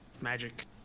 magic